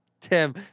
Tim